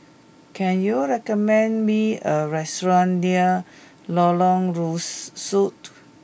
can you recommend me a restaurant near Lorong Rusuk